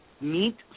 meet